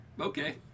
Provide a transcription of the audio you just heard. Okay